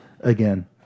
again